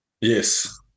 Yes